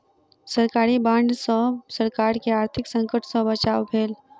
सरकारी बांड सॅ सरकार के आर्थिक संकट सॅ बचाव भेल